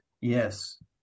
yes